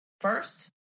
first